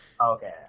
Okay